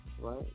Right